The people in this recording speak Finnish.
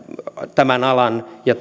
tämän alan ja